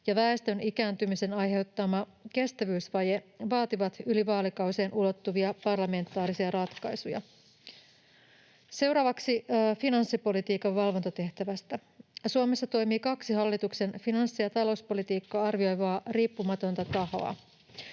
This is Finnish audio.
ja väestön ikääntymisen aiheuttama kestävyysvaje, vaativat yli vaalikausien ulottuvia parlamentaarisia ratkaisuja. Seuraavaksi finanssipolitiikan valvontatehtävästä: Suomessa toimii kaksi hallituksen finanssi‑ ja talouspolitiikkaa arvioivaa riippumatonta tahoa,